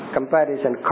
Comparison